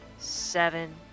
Seven